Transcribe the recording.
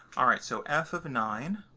all right. so f of nine.